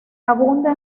abunda